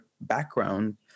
background